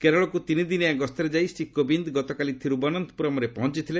କେରଳକୁ ତିନିଦିନିଆ ଗସ୍ତରେ ଯାଇ ଶ୍ରୀ କୋବିନ୍ଦ୍ ଗତକାଲି ଥିରୁବନନ୍ତପୁରମ୍ରେ ପହଞ୍ଚଥିଲେ